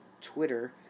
Twitter